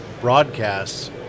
broadcasts